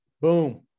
boom